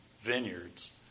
vineyards